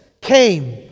came